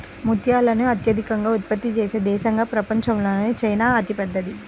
ముత్యాలను అత్యధికంగా ఉత్పత్తి చేసే దేశంగా ప్రపంచంలో చైనా అతిపెద్దది